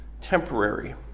temporary